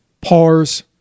pars